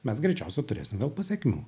mes greičiausiai turėsim vėl pasekmių